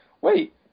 wait